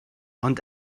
ond